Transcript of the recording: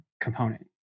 component